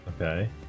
Okay